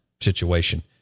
situation